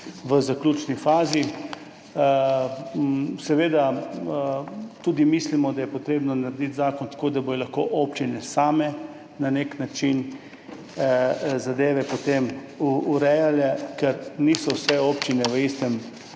v zaključni fazi. Mislimo, da je potrebno narediti zakon tako, da bodo lahko občine same na nek način zadeve potem urejale, ker niso vse občine v istem